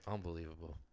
Unbelievable